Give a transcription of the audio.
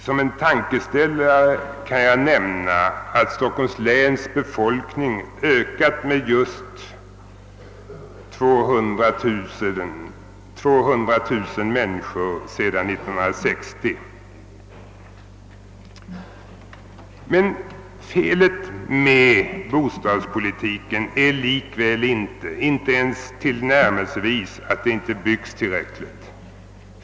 Som en tankeställare kan jag nämna, att Stockholms läns befolkning ökat med 200000 personer sedan år 1960. Men felet med bostadspolitiken är likväl inte, inte ens tillnärmelsevis, att det inte byggs tillräckligt.